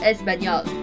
Español